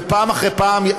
ופעם אחרי פעם,